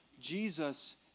Jesus